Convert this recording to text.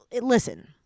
Listen